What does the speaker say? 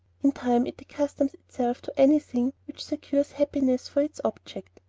in time it accustoms itself to anything which secures happiness for its object.